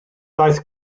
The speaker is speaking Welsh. daeth